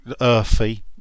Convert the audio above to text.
Earthy